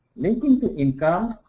linking to income,